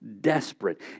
desperate